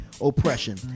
oppression